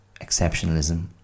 exceptionalism